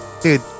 Dude